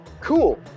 cool